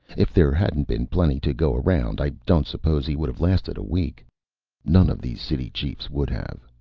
if there hadn't been plenty to go around, i don't suppose he would have lasted a week none of these city chiefs would have.